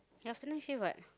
can afternoon shift what